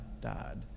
died